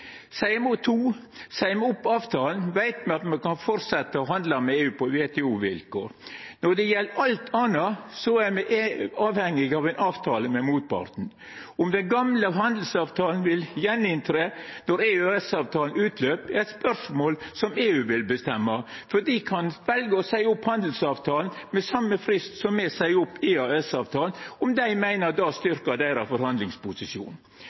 Seier me opp avtalen, veit me at me kan fortsetja å handla med EU på WTO-vilkår. Når det gjeld alt anna, er me avhengige av ein avtale med motparten. Om den gamle handelsavtalen vil tre i kraft att ved EØS-avtalen sitt utløp, er eit spørsmål EU vil bestemma – for dei kan velja å seia opp handelsavtalen med den same fristen som me seier opp EØS-avtalen, om dei meiner at det styrkjer deira forhandlingsposisjon.